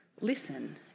Listen